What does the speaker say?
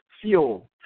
fuel